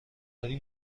داری